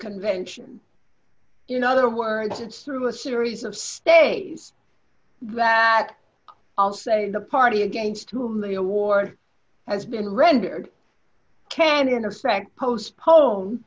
convention in other words it's through a series of stays that all say the party against whom the award has been rendered can in effect postpone